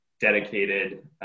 dedicated